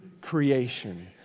creation